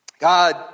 God